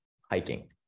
Hiking